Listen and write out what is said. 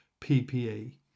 PPE